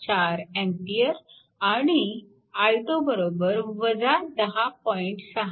84 A आणि i2 10